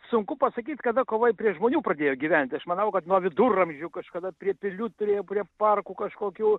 sunku pasakyt kada kovai prie žmonių pradėjo gyventi aš manau vat nuo viduramžių kažkada prie pilių turėjo prie parkų kažkokių